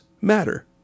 matter